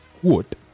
quote